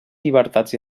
llibertats